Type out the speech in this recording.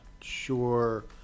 sure